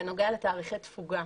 בנוגע לתאריכי תפוגה.